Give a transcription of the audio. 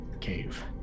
cave